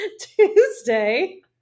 Tuesday